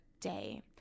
day